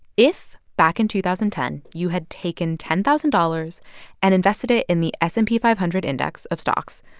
if back in two thousand and ten, you had taken ten thousand dollars and invested it in the s and p five hundred index of stocks,